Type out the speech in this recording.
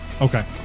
Okay